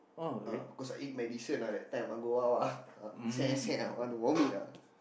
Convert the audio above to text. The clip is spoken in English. uh because I eat medicine ah that time go out ah I want to vomit ah